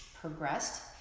progressed